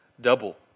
double